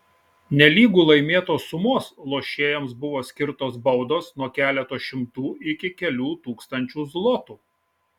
nelygu laimėtos sumos lošėjams buvo skirtos baudos nuo keleto šimtų iki kelių tūkstančių zlotų